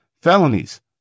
felonies